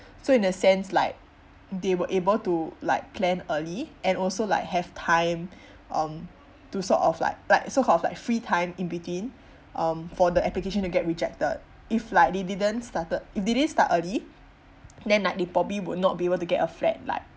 so in a sense like they were able to like plan early and also like have time um to sort of like like sort of like free time in between um for the application to get rejected if like they didn't started they didn't start early then like they probably would not be able to get a flat like